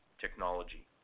technology